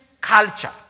culture